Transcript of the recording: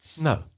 No